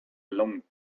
long